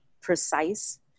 precise